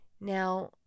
Now